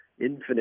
infinite